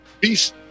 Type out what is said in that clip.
Peace